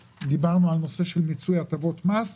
דיברנו על נושא של הטבות מיצוי מס.